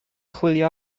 chwilio